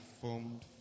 formed